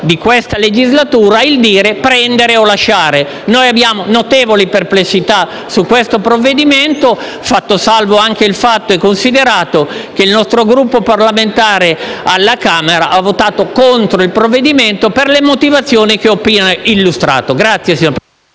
di questa legislatura, dire: prendere o lasciare. Abbiamo notevoli perplessità su questo provvedimento, considerato anche il fatto che il nostro Gruppo parlamentare alla Camera ha votato contro il provvedimento per le motivazioni che ho appena illustrato. *(Applausi dal